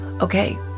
okay